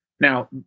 now